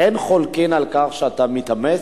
אין חולקין על כך שאתה מתאמץ,